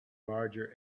larger